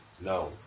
no